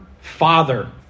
father